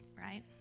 right